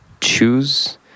choose